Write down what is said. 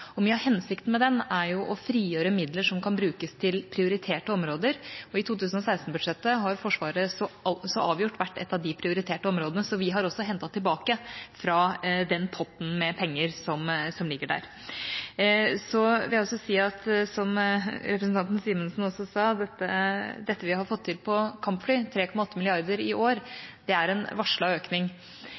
departementer. Mye av hensikten med den er å frigjøre midler som kan brukes til prioriterte områder. I 2016-budsjettet har Forsvaret så avgjort vært et av de prioriterte områdene, så vi har også hentet tilbake fra den potten med penger som ligger der. Så vil jeg også si – som representanten Simensen også sa – at det vi har fått til når det gjelder kampfly, 3,8 mrd. kr i år, er en varslet økning.